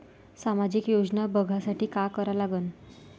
सामाजिक योजना बघासाठी का करा लागन?